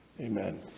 Amen